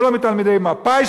ולא מתלמידי מפא"י,